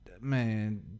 Man